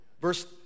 Verse